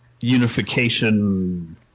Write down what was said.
Unification